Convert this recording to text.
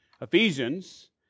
Ephesians